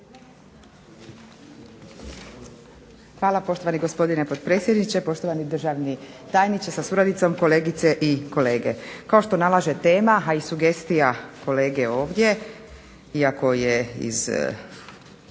Hvala, poštovani gospodine potpredsjedniče. Poštovani državni tajniče sa suradnicom, kolegice i kolege. Kao što nalaže tema, a i sugestija kolege ovdje, iako je iz